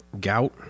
gout